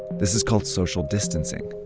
this is called social distancing.